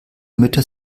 mütter